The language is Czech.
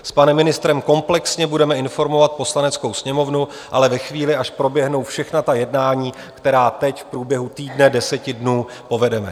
S panem ministrem komplexně budeme informovat Poslaneckou sněmovnu, ale ve chvíli, až proběhnou všechna ta jednání, která teď v průběhu týdne, deseti dnů povedeme.